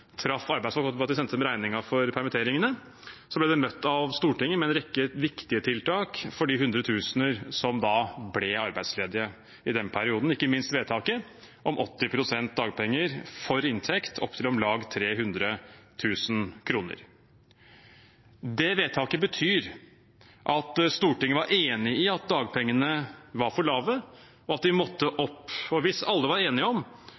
traff arbeidsfolk ved at de sendte dem regningen for permitteringene, ble de møtt av Stortinget med en rekke viktige tiltak for de hundretusener som ble arbeidsledige i den perioden, ikke minst vedtaket om 80 pst. i dagpenger for inntekt opp til om lag 300 000 kr. Det vedtaket betyr at Stortinget var enig i at dagpengene var for lave, og at de måtte opp. Hvis alle var enige om